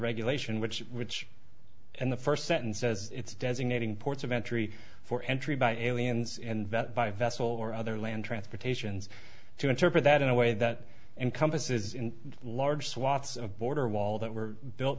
regulation which rich and the first sentence says it's designating ports of entry for entry by aliens and that by vessel or other land transportations to interpret that in a way that encompasses large swaths of border wall that were built